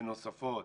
ונוספות